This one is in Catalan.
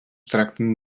tracten